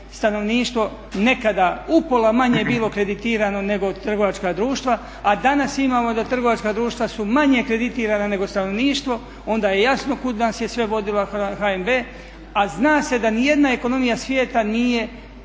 stanovništvo nekada upola manje bilo kreditirano nego trgovačka društva, a danas imamo da trgovačka društva su manje kreditirana nego stanovništvo. Onda je jasno kud nas je sve vodio HNB, a zna se da nijedna ekonomija svijeta nije